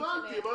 הבנתי.